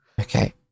Okay